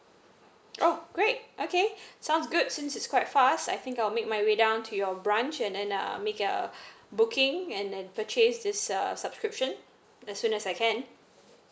oh great okay sounds good since it's quite fast I think I'll make my way down to your branch and then uh make a booking and then purchase is uh subscription as soon as I can